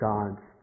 God's